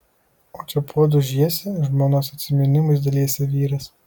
o čia puodus žiesi žmonos atsiminimais dalijasi vyras